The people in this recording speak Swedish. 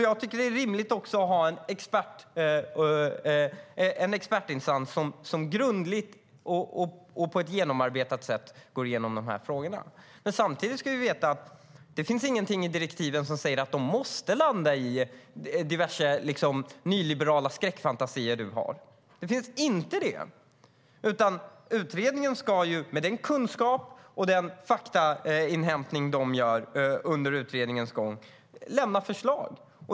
Jag tycker att det är rimligt att ha en expertinstans som på ett grundligt och genomarbetat sätt går igenom frågorna. Samtidigt ska vi veta att det finns ingenting i direktiven som säger att förslagen måste landa i diverse nyliberala skräckfantasier, som Ali Esbati har. Utredningen ska med den kunskap och den faktainhämtning som sker under utredningens gång lämna förslag.